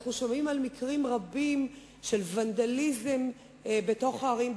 אנחנו שומעים על מקרים רבים של ונדליזם בתוך הערים,